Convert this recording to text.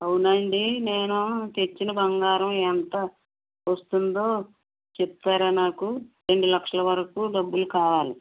అవునండి నేను తెచ్చిన బంగారం ఎంత వస్తుందో చెప్తారా నాకు రెండు లక్షల వరకు డబ్బులు కావాలి